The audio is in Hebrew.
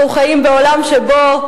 אנחנו חיים בעולם שבו,